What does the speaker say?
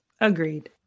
agreed